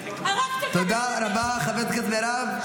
הרגתם את --- תודה רבה, חברת הכנסת מירב.